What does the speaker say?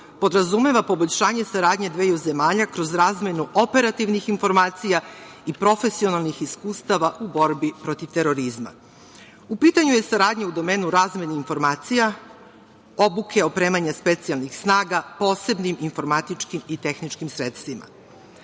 podrazumeva poboljšanje saradnje dveju zemlja kroz razmenu operativnih informacija i profesionalnih iskustava u borbi protiv terorizma. U pitanju je saradnja u domenu razmena informacija, obuke opremanja specijalnih snaga posebnim informatičkim i tehničkim sredstvima. Kada